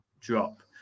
drop